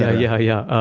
and yeah yeah,